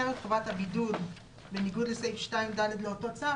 את חובת הבידוד בניגוד לסעיף 2(ד) לאותו צו,